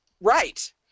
right